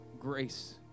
grace